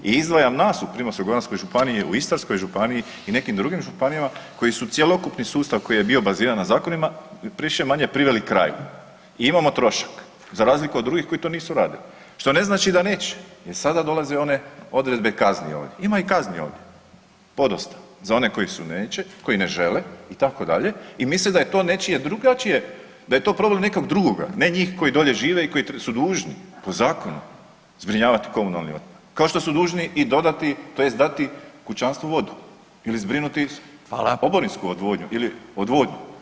I izdvajam nas u Primorsko-goranskoj županiji i u Istarskoj županijama i nekim drugim županijama koji su cjelokupni sustav koji je bio baziran na zakonima više-manje priveli kraju i imamo trošak za razliku od drugih koji to nisu radili, što ne znači da neće jer sada dolaze one odredbe kazni ovdje, ima i kazni ovdje, podosta za oni koji neće, ne žele itd. i misle da je to nečije drugačije, da je to problem nekog drugoga, ne njih koji dolje žive i koji su dužni po zakonu zbrinjavati komunalni otpad, kao što su dužni i dodati tj. dati kućanstvu vodu ili zbrinuti oborinsku odvodnju ili odvodnju.